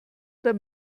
oder